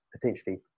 potentially